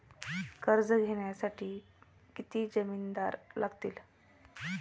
कर्ज घेण्यासाठी किती जामिनदार लागतील?